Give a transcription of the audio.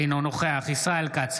אינו נוכח ישראל כץ,